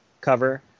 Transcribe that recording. cover